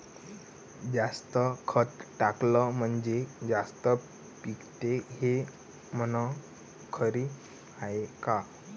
जास्त खत टाकलं म्हनजे जास्त पिकते हे म्हन खरी हाये का?